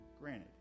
Granted